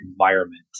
environment